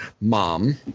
Mom